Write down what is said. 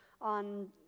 on